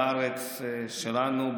בארץ שלנו,